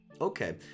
Okay